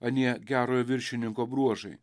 anie gerojo viršininko bruožai